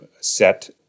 set